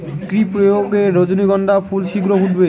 কি প্রয়োগে রজনীগন্ধা ফুল শিঘ্র ফুটবে?